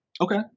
Okay